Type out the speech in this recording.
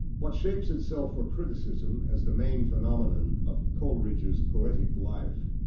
what shapes itself for criticism as the main phenomenon of coleridge's poetic life,